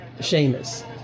Sheamus